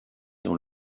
dans